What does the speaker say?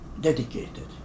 dedicated